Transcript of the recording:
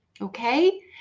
Okay